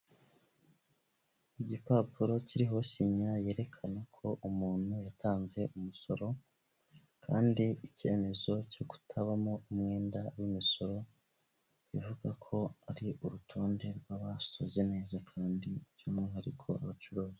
Igipapuro kirihosinya yerekana ko umuntu yatanze umusoro kandi icyemezo cy'uko kutabamo umwenda w'imisoro, bivuga ko ari urutonde rw'abasoze neza kandi by'umwihariko abacuruzi.